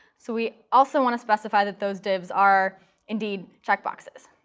so we also want to specify that those divs are indeed checkboxes.